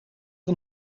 een